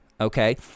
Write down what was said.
okay